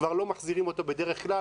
כבר לא מחזירים אותו בדרך כלל,